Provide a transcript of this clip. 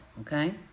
okay